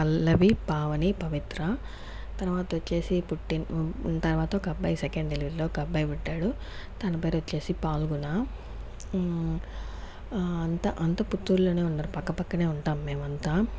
పల్లవి పావని పవిత్ర తర్వాత వచ్చేసి పుట్టిం తర్వాత ఒక అబ్బాయి సెకండ్ డెలివరీ లో ఒక అబ్బాయి పుట్టాడు తన పేరొచ్చేసి ఫాల్గుణ అంత అంతా పుత్తూర్లోనే ఉన్నారు పక్కపక్కనే ఉంటాం మేమంతా